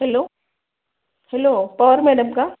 hello hello Pawar madam का